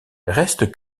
reste